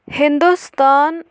Hindustan